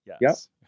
Yes